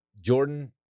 Jordan